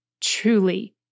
Truly